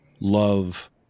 love